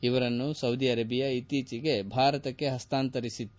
ಇವರನ್ನು ಸೌದಿಅರೆಬಿಯಾ ಇತ್ತೀಚೆಗೆ ಭಾರತಕ್ಕೆ ಹಸ್ತಾಂತರಿಸಿತ್ತು